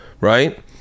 right